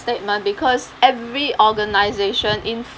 statement because every organization in